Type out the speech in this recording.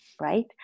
right